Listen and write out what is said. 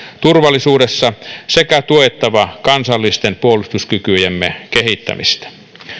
turvallisuudessa sekä tuettava kansallisten puolustuskykyjemme kehittämistä